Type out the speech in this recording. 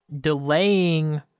delaying